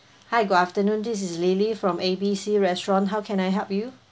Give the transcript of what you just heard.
hi good afternoon this is lily from A B C restaurant how can I help you